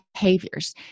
behaviors